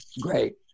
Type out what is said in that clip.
Great